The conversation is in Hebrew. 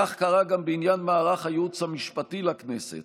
כך קרה גם בעניין מערך הייעוץ המשפטי לכנסת